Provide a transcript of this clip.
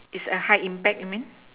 is a high impact you mean